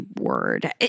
word